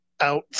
out